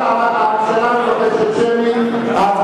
הממשלה מבקשת שמית.